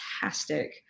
fantastic